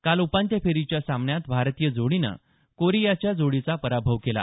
काल उपांत्य फेरीच्या सामन्यात भारतीय जोडीनं कोरियाच्या जोडीचा पराभव केला